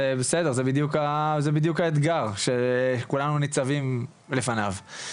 זה בדיוק האתגר שכולנו ניצבים לפניו.